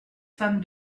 femme